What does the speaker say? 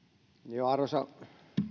mielelläni arvoisa